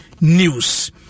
news